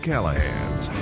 Callahan's